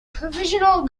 provisional